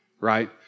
right